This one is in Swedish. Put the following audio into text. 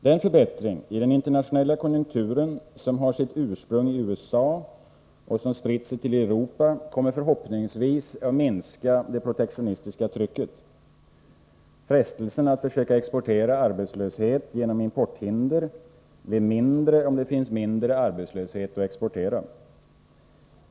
Den förbättring i den internationella konjunkturen som har sitt ursprung i USA och som spritt sig till Europa kommer förhoppningsvis att minska det protektionistiska trycket. Frestelsen att försöka exportera arbetslöshet genom importhinder blir mindre om det finns mindre arbetslöshet att exportera.